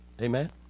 Amen